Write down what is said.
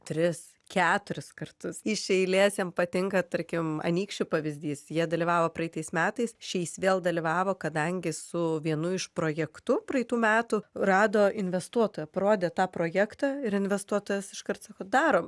tris keturis kartus iš eilės jom patinka tarkim anykščių pavyzdys jie dalyvavo praeitais metais šiais vėl dalyvavo kadangi su vienu iš projektų praeitų metų rado investuotoją parodė tą projektą ir investuotojas iškart sako darom